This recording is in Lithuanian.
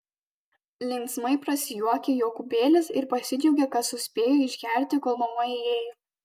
linksmai prasijuokė jokūbėlis ir pasidžiaugė kad suspėjo išgerti kol mama įėjo